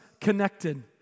connected